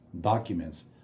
documents